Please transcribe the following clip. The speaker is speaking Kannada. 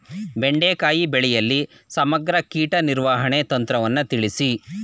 ಬೆಂಡೆಕಾಯಿ ಬೆಳೆಯಲ್ಲಿ ಸಮಗ್ರ ಕೀಟ ನಿರ್ವಹಣೆ ತಂತ್ರವನ್ನು ತಿಳಿಸಿ?